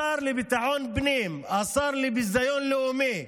השר לביטחון פנים, השר לביזיון לאומי,